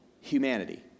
humanity